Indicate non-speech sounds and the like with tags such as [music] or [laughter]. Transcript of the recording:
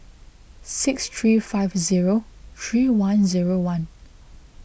six three five zero three one zero one [noise]